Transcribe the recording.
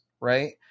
right